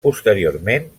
posteriorment